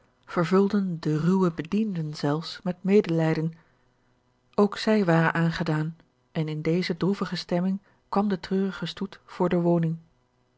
vervulden de ruwe bedienden zelfs met medelijden ook zij waren aangedaan en in deze droevige stemming kwam de treurige stoet voor de woning